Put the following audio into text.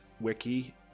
wiki